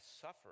suffer